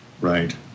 Right